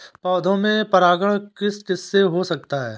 पौधों में परागण किस किससे हो सकता है?